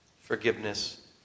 forgiveness